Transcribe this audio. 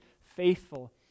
faithful